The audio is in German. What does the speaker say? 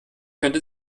könnte